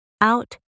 out